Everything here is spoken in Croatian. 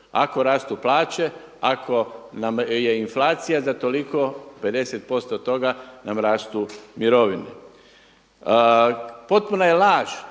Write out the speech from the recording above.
Ako rastu plaće, ako nam je inflacija za toliko 50% toga nam rastu mirovine. Potpuna je laž